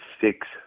six